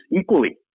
equally